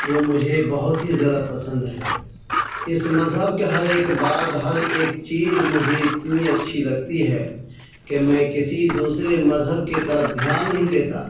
وہ مجھے بہت ہی زیادہ پسند ہے اس مذہب کے ہر ایک بات ہر ایک چیز مجھے اتنی اچھی لگتی ہے کہ میں کسی دوسرے مذہب کی طرف دھیان نہیں دیتا